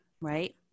right